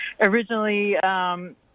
originally